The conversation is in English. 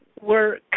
work